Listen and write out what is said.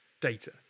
data